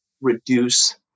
reduce